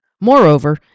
Moreover